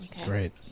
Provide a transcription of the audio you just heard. Great